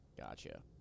Gotcha